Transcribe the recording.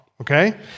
okay